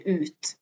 ut